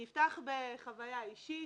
אני אפתח בחוויה אישית,